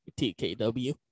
TKW